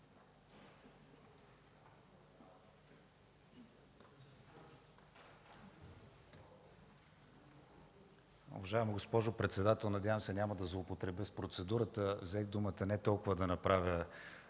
Уважаема госпожо председател, надявам се няма да злоупотребя с процедурата – взех думата не толкова да направя